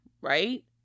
right